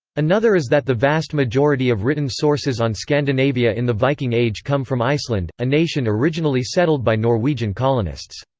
another is that the vast majority of written sources on scandinavia in the viking age come from iceland, a nation originally settled by norwegian colonists.